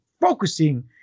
focusing